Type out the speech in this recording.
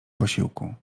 posiłku